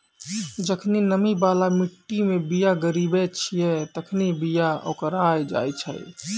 जखनि नमी बाला मट्टी मे बीया गिराबै छिये तखनि बीया ओकराय जाय छै